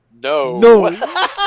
No